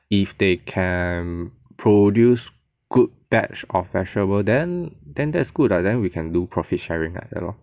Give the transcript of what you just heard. if they can produce good batch of vegetables then then that's good lah then we can do profit sharing like that lor